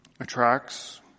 attracts